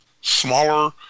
smaller